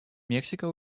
мексика